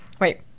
wait